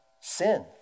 sin